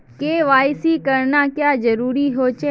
KYC करना क्याँ जरुरी होचे?